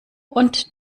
und